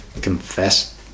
confess